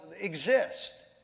exist